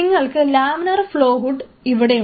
നിങ്ങൾക്ക് laminar flow hood ഇവിടെയുണ്ട്